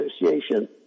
association